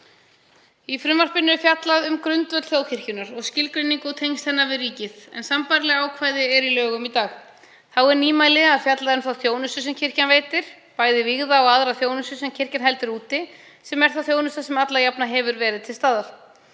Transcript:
Í frumvarpinu er fjallað um grundvöll þjóðkirkjunnar og skilgreiningu og tengsl hennar við ríkið en sambærileg ákvæði eru í lögum í dag. Þá er nýmæli að fjallað sé um þá þjónustu sem kirkjan veitir, bæði vígða og aðra þjónustu sem kirkjan heldur úti, sem er þá þjónusta sem alla jafna hefur verið til staðar.